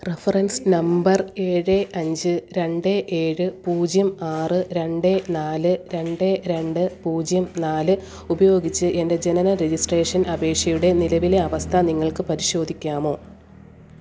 reference number ഏഴ് അഞ്ച് രണ്ട് ഏഴ് പൂജ്യം ആറ് രണ്ട് നാല് രണ്ട് രണ്ട് പൂജ്യം നാല് ഉപയോഗിച്ച് എൻ്റെ ജനന രജിസ്ട്രേഷൻ അപേഷയുടെ നിലവിലെ അവസ്ഥ നിങ്ങൾക്ക് പരിശോധിക്കാമോ